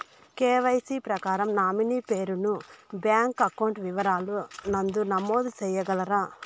KYC ప్రకారం nominee పేరు ను బ్యాంకు అకౌంట్ వివరాల నందు నమోదు సేయగలరా?